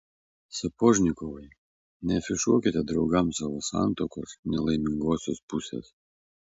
sapožnikovai neafišuokite draugams savo santuokos nelaimingosios pusės